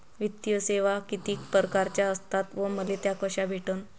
वित्तीय सेवा कितीक परकारच्या असतात व मले त्या कशा भेटन?